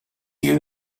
you